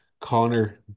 Connor